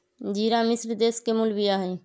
ज़िरा मिश्र देश के मूल बिया हइ